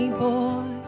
boy